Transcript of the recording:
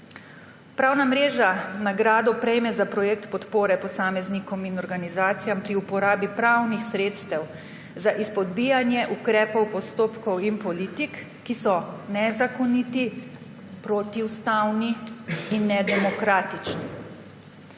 »Pravna mreža nagrado prejme za projekt podpore posameznikom in organizacijam pri uporabi pravnih sredstev za izpodbijanje ukrepov, postopkov in politik, ki so nezakoniti, protiustavni in nedemokratični.